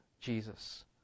Jesus